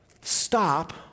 Stop